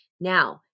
Now